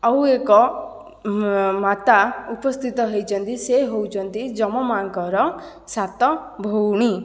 ଆଉ ଏକ ମାତା ଉପସ୍ଥିତ ହୋଇଛନ୍ତି ସେ ହେଉଛନ୍ତି ଯମ ମା'ଙ୍କର ସାତ ଭଉଣୀ